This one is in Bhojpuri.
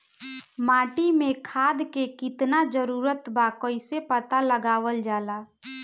माटी मे खाद के कितना जरूरत बा कइसे पता लगावल जाला?